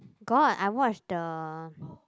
got I watch the